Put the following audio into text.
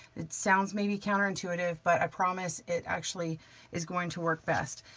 it sounds maybe counterintuitive, but i promise it actually is going to work best.